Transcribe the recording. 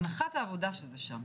הנחת העבודה שזה שם.